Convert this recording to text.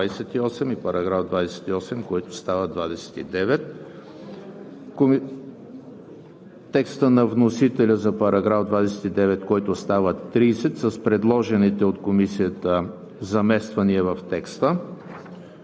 текста на вносителя за наименованието на подразделението; текста на вносителя за § 27, който става § 28, и § 28, който става §